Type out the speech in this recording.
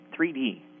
3D